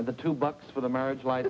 and the two bucks for the marriage w